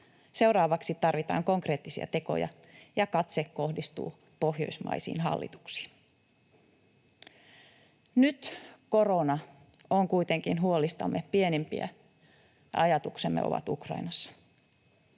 Seuraavaksi tarvitaan konkreettisia tekoja, ja katse kohdistuu pohjoismaisiin hallituksiin. Nyt korona on kuitenkin huolistamme pienimpiä, ja ajatuksemme ovat Ukrainassa.